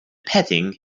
petting